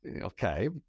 Okay